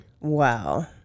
Wow